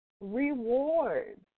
rewards